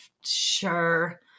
sure